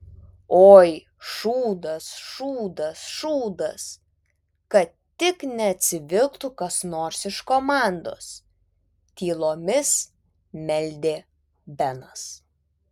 oi šūdas šūdas šūdas kad tik neatsivilktų kas nors iš komandos tylomis meldė benas